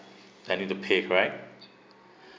I need to pay correct